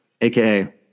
aka